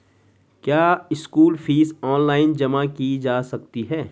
क्या school fees online जमा की जा सकती है?